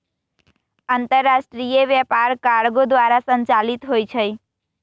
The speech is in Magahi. अंतरराष्ट्रीय व्यापार कार्गो द्वारा संचालित होइ छइ